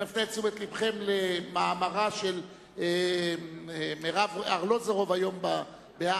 אני מפנה את תשומת לבכם למאמרה של מירב ארלוזורוב היום ב"הארץ".